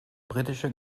britische